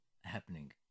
happening